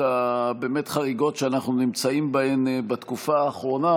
החריגות שאנחנו נמצאים בהן בתקופה האחרונה,